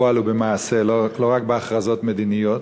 בפועל ובמעשה, ולא רק בהכרזות מדיניות?